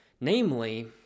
namely